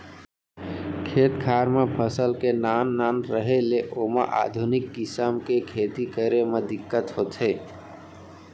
खेत खार म फसल के नान नान रहें ले ओमा आधुनिक किसम के खेती करे म दिक्कत होथे